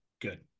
Good